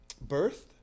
Birth